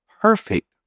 perfect